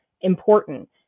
important